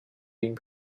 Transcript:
being